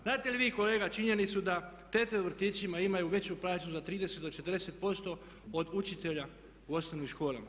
Znate li vi kolega činjenicu da tete u vrtićima imaju veću plaču za 30-40% od učitelja u osnovnim školama.